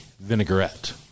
vinaigrette